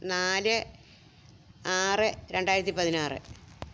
നാല് ആറ് രണ്ടായിരത്തിപ്പതിനാറ്